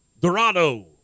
Dorado